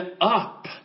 up